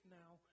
now